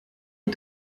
est